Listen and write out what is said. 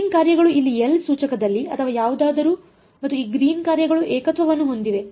green ಕಾರ್ಯಗಳು ಇಲ್ಲಿ L ಕಾರ್ಯಸೂಚಕದಲ್ಲಿ ಅಥವಾ ಯಾವುದಾದರೂ ಮತ್ತು ಈ ಗ್ರೀನ್ ಕಾರ್ಯಗಳು ಏಕತ್ವವನ್ನು ಹೊಂದಿವೆ